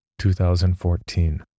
2014